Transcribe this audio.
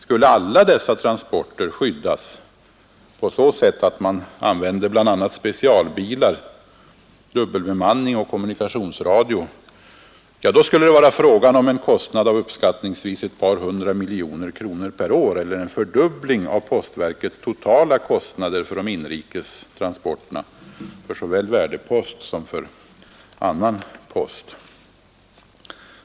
Skulle alla dessa transporter skyddas på så sätt att man använder bl.a. specialbilar, dubbelbemanning och kommunikationsradio, skulle det bli fråga om en kostnad av uppskattningsvis ett par hundra miljoner kronor per år eller en fördubbling av postverkets totala kostnader för de inrikes transporterna för såväl värdepost som för annan post.